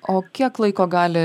o kiek laiko gali